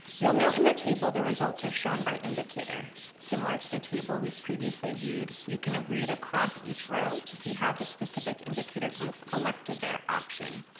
you'll note in the table the results are shown by indicator. similar to the table we've previously viewed you can read across each row to see how the specific indicator group elected their option.